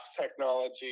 technology